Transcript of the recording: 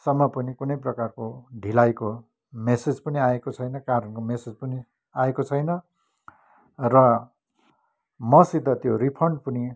सम्म पनि कुनै प्रकारको ढिलाईको मेसेज पनि आएको छैन कारणको मेसेज पनि आएको छैन र मसित त्यो रिफन्ड पनि